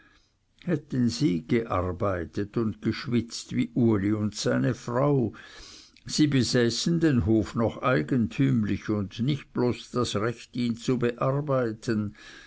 hätten sie gearbeitet und geschwitzt wie uli und seine frau sie besäßen den hof noch eigentümlich und nicht bloß das recht ihn zu bearbeiten